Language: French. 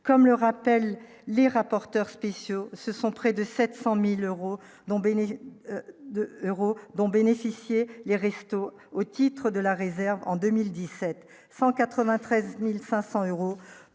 comme le rappellent les rapporteurs spéciaux, ce sont près de 700000 euros dont bénéficie de Euro dont bénéficiaient les Restos au titre de la réserve en 2017